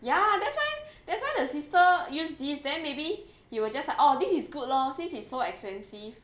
ya that's why that's why the sister use this then maybe he will just like orh this is good lor since it's so expensive